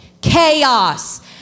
chaos